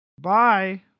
Bye